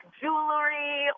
jewelry